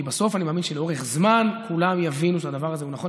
כי בסוף אני מאמין שלאורך זמן כולם יבינו שהדבר הזה הוא נכון.